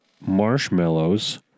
marshmallows